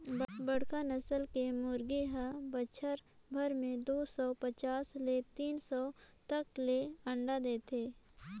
बड़खा नसल के मुरगी हर बच्छर भर में दू सौ पचास ले तीन सौ तक ले अंडा देथे